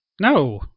no